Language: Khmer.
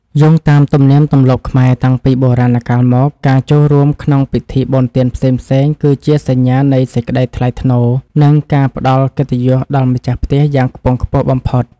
យោងតាមទំនៀមទម្លាប់ខ្មែរតាំងពីបុរាណកាលមក ការចូលរួមក្នុងពិធីបុណ្យទានផ្សេងៗ គឺជាសញ្ញានៃសេចក្តីថ្លៃថ្នូរ និងការផ្តល់កិត្តិយសដល់ម្ចាស់ផ្ទះយ៉ាងខ្ពង់ខ្ពស់បំផុត។